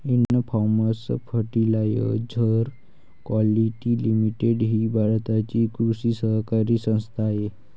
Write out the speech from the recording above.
Indian farmers fertiliser quality limited ही भारताची कृषी सहकारी संस्था आहे